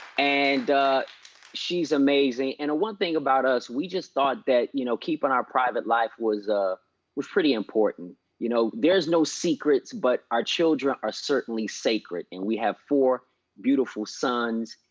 and she's amazing. and one thing about us, we just thought that, you know keeping our private life was ah was pretty important. you know there's no secrets, but our children are certainly sacred, and we have four beautiful sons.